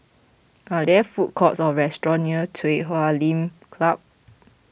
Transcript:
are there food courts or restaurants near Chui Huay Lim Club